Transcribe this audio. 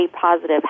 positive